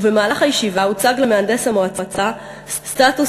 ובמהלך הישיבה הוצג למהנדס המועצה סטטוס